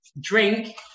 drink